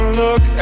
look